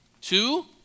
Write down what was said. Two